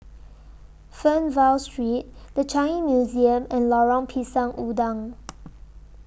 Fernvale Street The Changi Museum and Lorong Pisang Udang